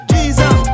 Jesus